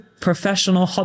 professional